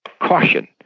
caution